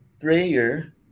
prayer